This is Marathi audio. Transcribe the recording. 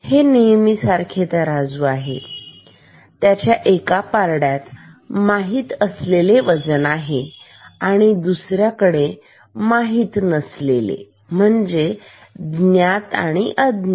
तर हे नेहमीचे तराजू आहे आणि याच्या एका पारड्यात माहीत नसलेले वजन आहे आणि दुसरीकडे दुसऱ्या पारड्यात तर हे माहीत नसलेले वजन